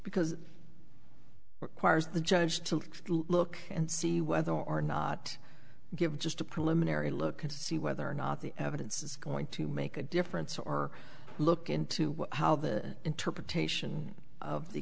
because requires the judge to look and see whether or not give just a preliminary look to see whether or not the evidence is going to make a difference or look into how the interpretation of the